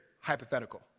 hypothetical